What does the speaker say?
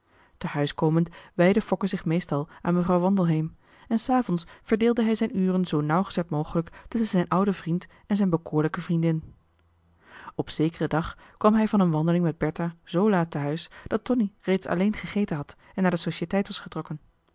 huis komend wijdde fokke zich meestal aan mevrouw wandelheem en s avonds verdeelde hij zijn uren zoo nauwgezet mogelijk tusschen zijn ouden vriend en zijn bekoorlijke vriendin op zekeren dag kwam hij van een wandeling met bertha zoo laat te huis dat tonie reeds alleen gegeten had en naar de societeit was getrokken